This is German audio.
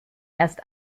erst